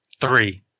Three